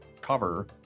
cover